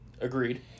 Agreed